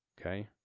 Okay